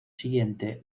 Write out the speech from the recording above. siguiente